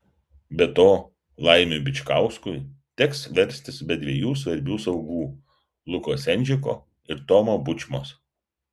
be to laimiui bičkauskui teks verstis be dviejų svarbių saugų luko sendžiko ir tomo bučmos